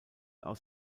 aus